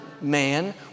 man